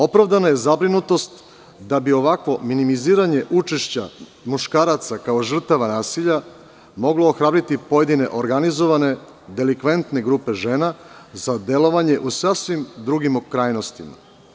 Opravdana je zabrinutost da bi ovakvo minimiziranje učešća muškaraca kao žrtava nasilja moglo ohrabriti pojedine organizovane grupe žena za delovanje u sasvim drugim krajnostima.